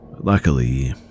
Luckily